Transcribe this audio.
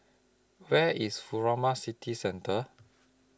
Where IS Furama City Centre